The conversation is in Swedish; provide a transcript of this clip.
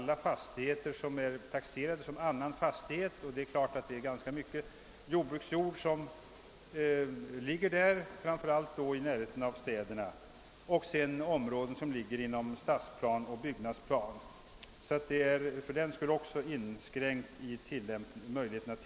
Likaså är mark rubricerad som >»annan fastighet» inte heller medtagen, och det är givetvis ganska mycket jordbruksjord som ligger i sådana fastigheter, framför allt i närheten av de större städerna. Slutligen gäller samma sak för områden inom stadsplan och byggnadsplan. Möjligheterna att tillämpa bestämmelsen är sålunda inte obetydligt inskränkta.